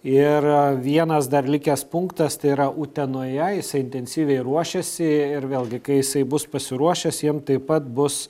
ir vienas dar likęs punktas tai yra utenoje jisai intensyviai ruošiasi ir vėlgi kai jisai bus pasiruošęs jam taip pat bus